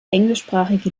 englischsprachige